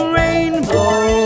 rainbow